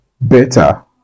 better